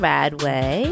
Radway